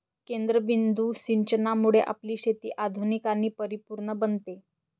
केंद्रबिंदू सिंचनामुळे आपली शेती आधुनिक आणि परिपूर्ण बनते